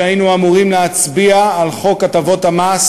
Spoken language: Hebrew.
שהיינו אמורים להצביע על חוק הטבות המס